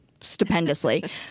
stupendously